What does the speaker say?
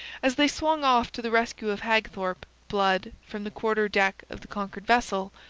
as they swung off to the rescue of hagthorpe, blood, from the quarter-deck of the conquered vessel,